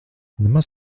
nemaz